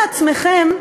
אתה חופר לעצמך.